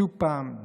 שוב פעם,